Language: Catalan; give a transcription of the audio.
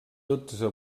dotze